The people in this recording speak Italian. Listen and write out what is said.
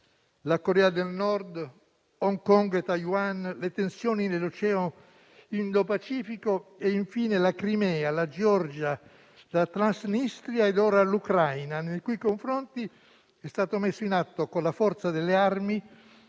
la Corea del nord, Hong Kong e Taiwan, le tensioni nell'Oceano Indo-Pacifico e infine la Crimea, la Georgia, la Transnistria e ora l'Ucraina, nei cui confronti è stato messo in atto, con la forza delle armi,